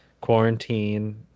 quarantine